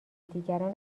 دیگران